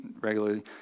regularly